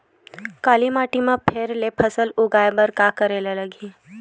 काली माटी म फेर ले फसल उगाए बर का करेला लगही?